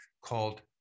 called